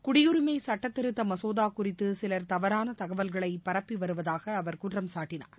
குடியுரிமை சுட்டத் திருத்த மசோதா குறித்து சிலர் தவறான தகவல்களை பரப்பி வருவதாக அவர் குற்றம் சாட்டினார்